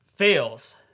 Fails